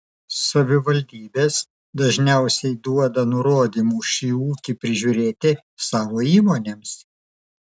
savivaldybės dažniausiai duoda nurodymų šį ūkį prižiūrėti savo įmonėms